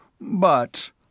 But—